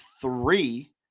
three